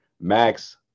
Max